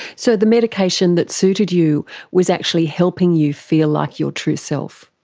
so the medication that suited you was actually helping you feel like your true self?